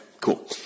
cool